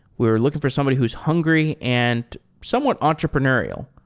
we are looking for somebody who's hungry and somewhat entrepreneurial.